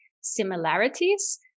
similarities